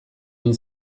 egin